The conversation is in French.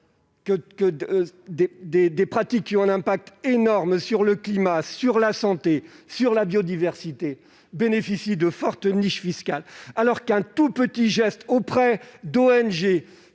que des pratiques qui ont un impact énorme sur le climat, la santé et la biodiversité bénéficient de fortes niches fiscales alors qu'un tout petit geste est